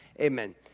Amen